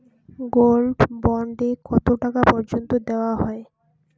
Gold bond এ কতো টাকা পর্যন্ত দেওয়া হয়?